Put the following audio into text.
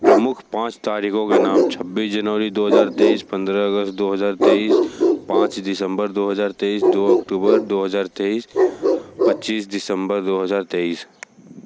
प्रमुख पाँच तारीखों के नाम छब्बीस जनवरी दो हज़ार तेईस पंद्रह अगस्त दो हजार तेईस पाँच दिसम्बर दो हज़ार तेईस दो अक्टूबर दो हज़ार तेईस पच्चीस दिसम्बर दो हज़ार तेईस